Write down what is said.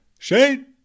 Shane